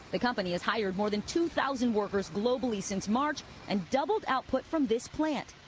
the company has hired more than two thousand workers globally since march and doubles output from this plant.